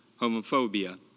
homophobia